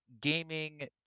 gaming